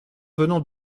venant